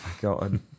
god